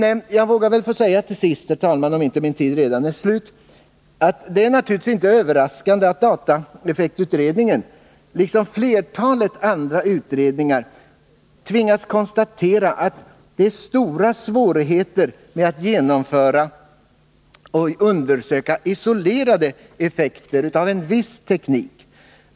Om min tid inte redan är slut vill jag, herr talman, till sist säga att det naturligtvis inte är överraskande att dataeffektutredningen, liksom flertalet andra utredningar, tvingas konstatera att det är mycket svårt att undersöka isolerade effekter av en viss teknik.